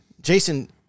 Jason